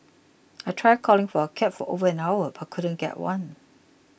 I tried calling for a cab for over an hour but couldn't get one